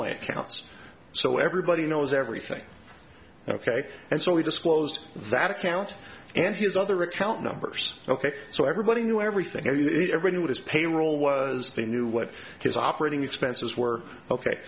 my accounts so everybody knows everything ok and so he disclosed that account and his other account numbers ok so everybody knew everything he ever knew what his payroll was they knew what his operating expenses were ok